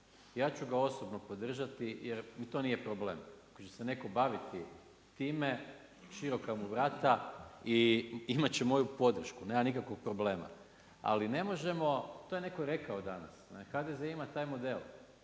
ja ću ga osobno podržati jer mi to nije problem. Ako će se neko baviti time široka mu vrata i imat će moju podršku nema nikakvog problema. Ali ne možemo, to je neko rekao danas, HDZ ima taj model,